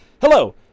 hello